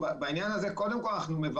בעניין הזה אנחנו קודם כל מברכים.